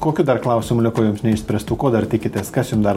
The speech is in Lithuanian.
kokių dar klausimų liko jums neišspręstų ko dar tikitės kas jum dar